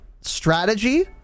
strategy